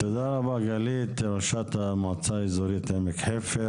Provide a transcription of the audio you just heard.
תודה רבה ראשת המועצה האזוןרית עמק חפר.